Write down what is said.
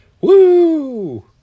Woo